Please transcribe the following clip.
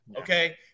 okay